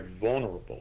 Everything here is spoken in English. vulnerable